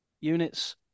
units